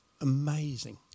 amazing